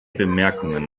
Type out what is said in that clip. bemerkungen